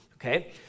Okay